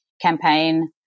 campaign